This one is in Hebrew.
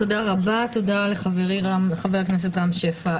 תודה רבה ותודה לחברי חבר הכנסת רם שפע.